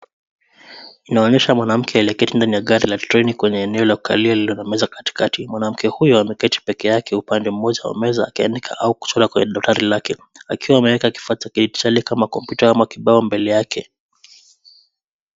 Inaonyesha mwanamke aliyeketi ndani ya gari la treni kwenye eneo la kukalia lililo na meza katikati. Mwanamke huyu ameketi peke yake upande mmoja wa meza akiandika au kuchora kwenye daftari lake. Akiwa ameweka kifaa cha kidijitali kama kompyuta ama kibao mbele yake.